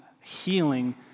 healing